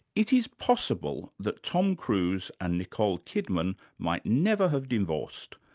it is possible that tom cruise and nicole kidman might never have divorced,